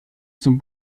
zum